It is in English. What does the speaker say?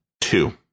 Two